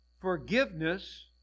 Forgiveness